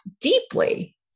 deeply